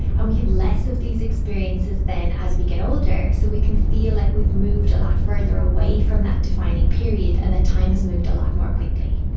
and we have less of these experiences then as we get older, so we can feel like we've moved a lot further away from that defining period and that time has moved a lot more quickly.